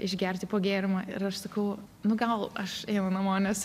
išgerti po gėrimą ir aš sakau nu gal aš einu namo nes